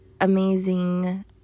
amazing